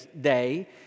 Day